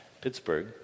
Pittsburgh